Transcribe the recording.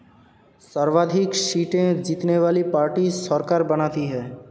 सर्वाधिक सीटें जीतने वाली पार्टी सरकार बनाती है